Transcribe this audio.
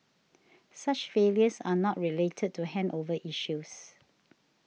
such failures are not related to handover issues